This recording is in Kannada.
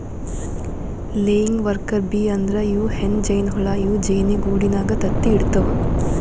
ಲೆಯಿಂಗ್ ವರ್ಕರ್ ಬೀ ಅಂದ್ರ ಇವ್ ಹೆಣ್ಣ್ ಜೇನಹುಳ ಇವ್ ಜೇನಿಗೂಡಿನಾಗ್ ತತ್ತಿ ಇಡತವ್